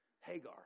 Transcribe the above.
Hagar